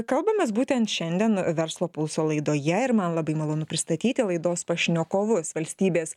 kalbamės būtent šiandien verslo pulso laidoje ir man labai malonu pristatyti laidos pašnekovus valstybės